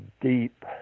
deep